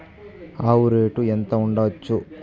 ఆవు రేటు ఎంత ఉండచ్చు?